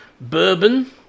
Bourbon